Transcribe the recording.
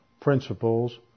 principles